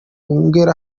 ngera